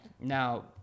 Now